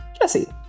Jesse